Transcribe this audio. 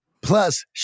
Plus